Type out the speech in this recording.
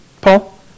Paul